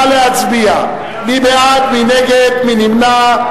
נא להצביע מי בעד, מי נגד, מי נמנע.